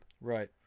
Right